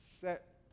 set